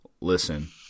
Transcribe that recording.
Listen